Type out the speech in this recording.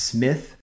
Smith